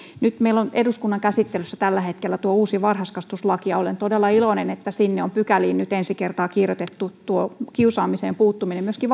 nyt meillä on eduskunnan käsittelyssä tällä hetkellä uusi varhaiskasvatuslaki ja olen todella iloinen että sinne on pykäliin nyt ensi kertaa kirjoitettu tuo kiusaamiseen puuttuminen myöskin